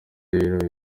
rero